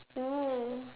mm